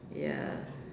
ya